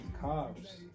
cops